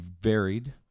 varied